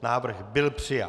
Návrh byl přijat.